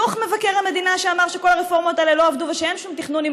דוח מבקר המדינה שאמר שכל הרפורמות האלה לא עבדו ושאין שום תכנונים,